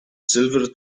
silver